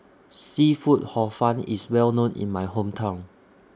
Seafood Hor Fun IS Well known in My Hometown